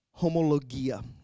homologia